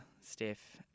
Steph